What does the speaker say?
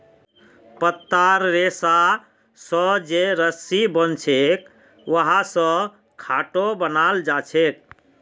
पत्तार रेशा स जे रस्सी बनछेक वहा स खाटो बनाल जाछेक